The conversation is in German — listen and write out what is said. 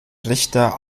richter